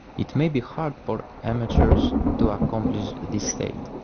it may be hard for amateurs to accomplish this state,